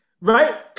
right